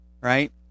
right